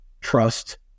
trust